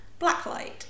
Blacklight